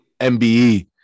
MBE